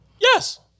Yes